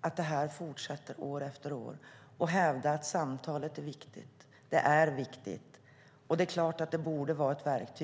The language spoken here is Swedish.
att det här fortsätter år efter år, och hävda att samtalet är viktigt. Samtalet är viktigt, och det är klart att det borde vara ett verktyg.